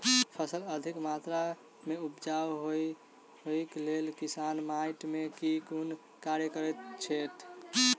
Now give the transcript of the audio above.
फसल अधिक मात्रा मे उपजाउ होइक लेल किसान माटि मे केँ कुन कार्य करैत छैथ?